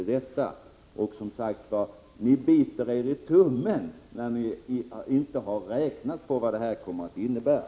Alldeles säkert är det det. Ni biter er i tummen när ni inte har räknat på vad det här kommer att innebära.